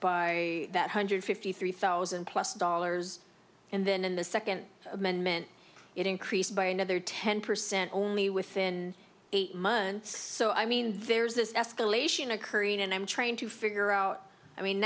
by that hundred fifty three thousand plus dollars and then in the second amendment it increased by another ten percent only within eight months so i mean there's this escalation occurring and i'm trying to figure out i mean